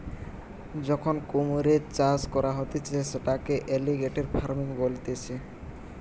যখন কুমিরের চাষ করা হতিছে সেটাকে এলিগেটের ফার্মিং বলতিছে